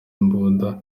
imbunda